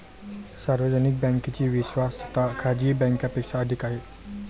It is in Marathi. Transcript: सार्वजनिक बँकेची विश्वासार्हता खाजगी बँकांपेक्षा अधिक आहे